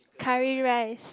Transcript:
curry rice